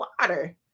water